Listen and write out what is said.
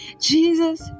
Jesus